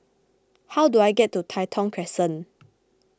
how do I get to Tai Thong Crescent